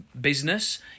business